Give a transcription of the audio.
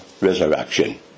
resurrection